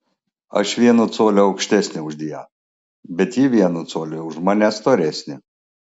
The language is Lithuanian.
aš vienu coliu aukštesnė už dianą bet ji vienu coliu už mane storesnė